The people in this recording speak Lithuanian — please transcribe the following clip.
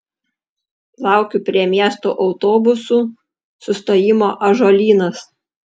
laukiu prie miesto autobusų sustojimo ąžuolynas